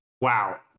Wow